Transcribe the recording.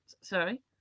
sorry –